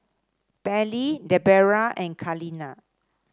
Pairlee Debera and Carlene